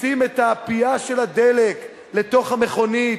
מכניסים את הפייה של הדלק לתוך המכונית,